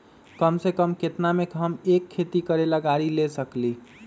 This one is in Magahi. कम से कम केतना में हम एक खेती करेला गाड़ी ले सकींले?